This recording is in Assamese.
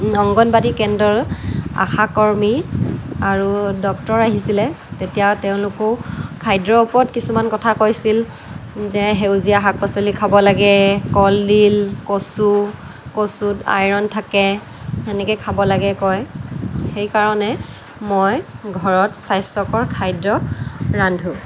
অংগনবাদী কেন্দ্ৰৰ আশাকৰ্মী আৰু ডক্টৰ আহিছিলে তেতিয়া তেওঁলোকো খাদ্য়ৰ ওপৰত কিছুমান কথা কৈছিল যে সেউজীয়া শাক পাচলি খাব লাগে কলডিল কচু কচুত আয়ৰণ থাকে সেনেকৈ খাব লাগে কয় সেইকাৰণে মই ঘৰত স্বাস্থ্য়কৰ খাদ্য় ৰান্ধোঁ